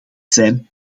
zijn